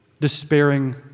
despairing